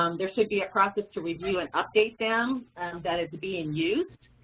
um there should be a process to review and update them that is being used.